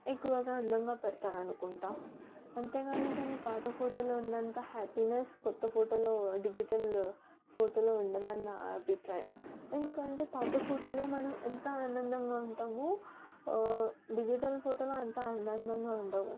ఎక్కువగా అందంగా పెడతారు అనుకుంటా అంతేగాని కానీ పాత ఫోటోలో ఉన్నంత హ్యాపీనెస్ కొత్త ఫోటోలో డిజిటల్ ఫోటోలో ఉండదని నా అభిప్రాయం ఎందుకంటే పాత ఫోటోలో మనం ఎంత ఆనందంగా ఉంటామో డిజిటల్ ఫోటోలో అంత ఆనందంగా ఉండము